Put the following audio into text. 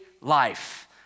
life